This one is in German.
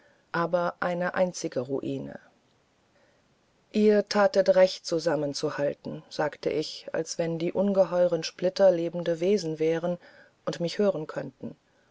aber eine einzige ruine ihr thatet recht zusammen zu halten sagte ich als wenn die ungeheuren splitter lebende wesen wären und mich hören könnten